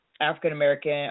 african-american